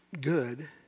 good